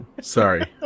Sorry